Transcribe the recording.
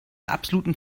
absoluten